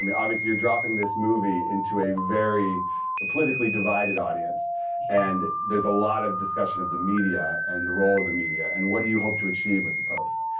obviously you're dropping this movie into a very ah politically divided audience and there's a lot of discussion of the media and the role of the media. and what do you hope to achieve with the post?